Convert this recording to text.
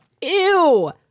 Ew